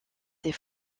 des